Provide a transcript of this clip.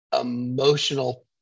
emotional